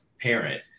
parent